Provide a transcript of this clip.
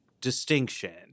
distinction